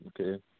Okay